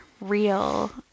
real